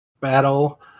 Battle